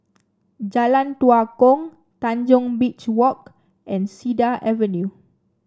Jalan Tua Kong Tanjong Beach Walk and Cedar Avenue